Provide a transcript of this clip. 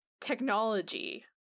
technology